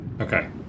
Okay